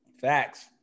facts